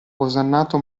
osannato